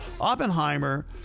Oppenheimer